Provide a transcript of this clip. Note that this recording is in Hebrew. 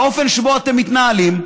באופן שבו אתם מתנהלים,